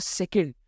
second